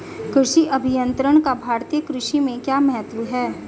कृषि अभियंत्रण का भारतीय कृषि में क्या महत्व है?